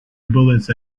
bullets